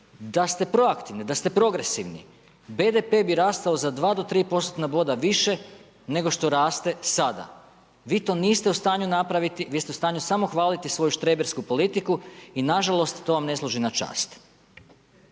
Da ste proaktivni, da ste progresivni, BDP bi rastao za 2-3 postotna boda više, nego što raste sada. Vi to niste u stanju napraviti, vi ste u stanju samo napraviti svoju štrebersku politiku i nažalost, to vam ne služi na čast.